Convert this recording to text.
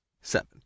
Seven